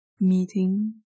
meeting